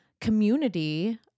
community